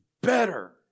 better